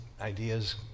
ideas